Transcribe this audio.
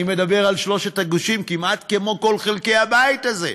אני מדבר על שלושת הגושים כמעט כמו כל חלקי הבית הזה.